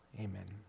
Amen